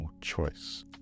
choice